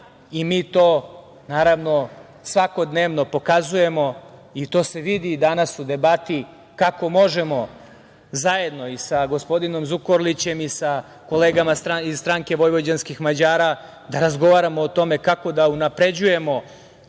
i mi to svakodnevno pokazujemo i to se vidi i danas u debati kako možemo zajedno i sa gospodinom Zukorlićem i sa kolegama iz Stranke vojvođanskih Mađara da razgovaramo o tome kako da unapređujemo